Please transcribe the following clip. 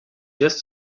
just